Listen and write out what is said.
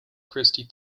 christi